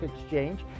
exchange